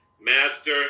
Master